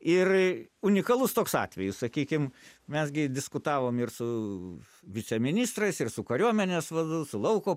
ir unikalus toks atvejis sakykim mes gi diskutavom ir su viceministrais ir su kariuomenės vadu su lauko